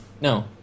No